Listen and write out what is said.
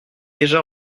déjà